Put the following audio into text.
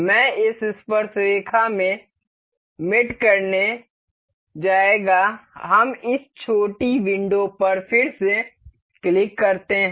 मैं इस स्पर्शरेखा में मेट करने जाएगा हम इस छोटी विंडो पर फिर से क्लिक करते हैं